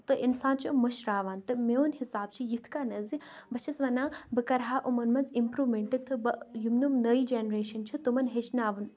تہٕ اِنسان چھُ مٔشراوان تہٕ میون حِساب چھُ یِتھۍ کنیتھ زِ بہٕ چھَس وَنان کہِ بہٕ کرٕ ہا یِمن منٛز امپروٗمینٹ تہٕ بہٕ یِمہٕ نہٕ نیٚے جنریشن چھِ تِمن ہٮ۪چھناون